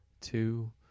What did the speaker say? Two